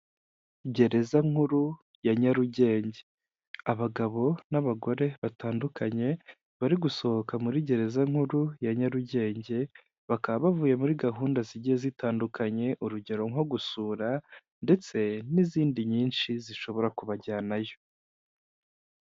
Gereza nkuru ya Nyarugenge, abagabo n'abagore batandukanye bari gusohoka muri gereza nkuru ya Nyarugenge, bakaba bavuye muri gahunda zigiye zitandukanye, urugero nko gusura ndetse n'izindi nyinshi zishobora kubajyanayo.